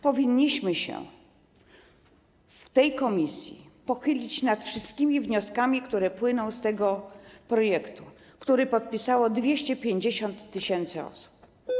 Powinniśmy w tej komisji pochylić się nad wszystkimi wnioskami, które płyną z tego projektu, który podpisało 250 tys. osób.